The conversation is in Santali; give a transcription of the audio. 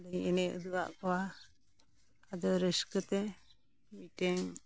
ᱟᱫᱚᱧ ᱮᱱᱮᱡ ᱩᱫᱩᱜᱟᱜ ᱠᱚᱣᱟ ᱟᱫᱚ ᱨᱟᱹᱥᱠᱟᱹ ᱛᱮ ᱢᱤᱫᱴᱮᱱ